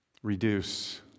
Reduce